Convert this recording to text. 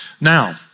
Now